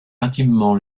intimement